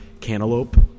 cantaloupe